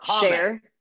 Share